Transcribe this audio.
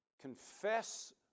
confess